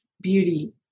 beauty